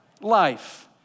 Life